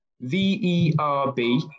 V-E-R-B